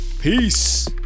peace